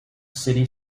city